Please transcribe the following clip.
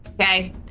Okay